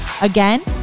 Again